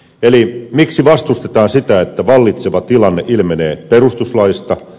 eli miksi vastustetaan sitä että vallitseva tilanne ilmenee perustuslaista